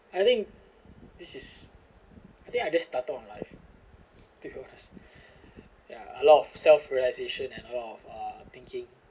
I think this is I think I just started on life do you want a ya a lot of self realisation and a lot of uh thinking